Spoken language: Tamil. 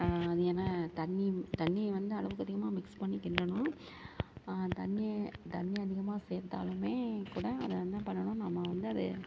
அது ஏன்னா தண்ணி தண்ணி வந்து அளவுக்கு அதிகமாக மிக்ஸ் பண்ணி கிண்டணும் தண்ணி தண்ணி அதிகமாக சேர்த்தாலும் கூட அதை என்ன பண்ணணும் நாம வந்து அதை